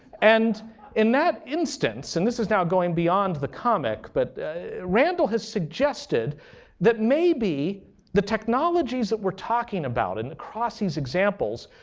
and in that instance, and this is now going beyond the comic, but randall has suggested that maybe the technologies that we're talking about, and across these examples,